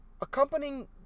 accompanying